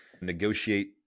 negotiate